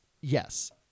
yes